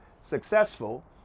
successful